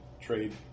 trade